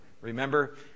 Remember